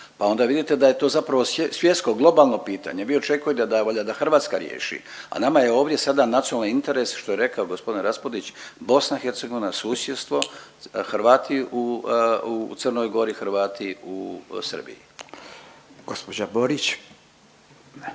pa onda vidite da je to zapravo svjetsko globalno pitanje. Vi očekujete da valjda da Hrvatska riješi. A nama je ovdje sada nacionalni interes što je rekao g. Raspudić BiH, susjedstvo, Hrvati u Crnoj Gori, Hrvati u Srbiji. **Radin, Furio